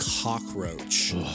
Cockroach